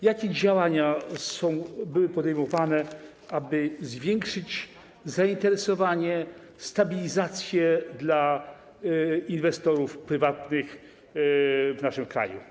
Jakie działania były podejmowane, aby zwiększyć zainteresowanie, stabilizację w przypadku inwestorów prywatnych w naszym kraju?